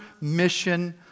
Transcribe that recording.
mission